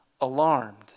alarmed